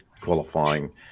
qualifying